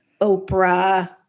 Oprah